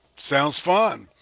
sounds fun,